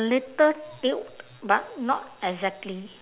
little tilt but not exactly